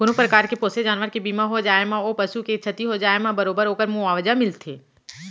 कोनों परकार के पोसे जानवर के बीमा हो जाए म ओ पसु के छति हो जाए म बरोबर ओकर मुवावजा मिलथे